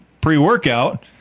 pre-workout